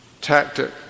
tactic